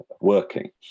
working